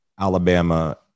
Alabama